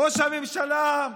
ראש הממשלה,